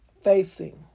facing